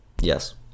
Yes